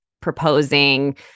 proposing